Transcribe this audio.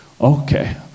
Okay